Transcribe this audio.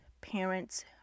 parents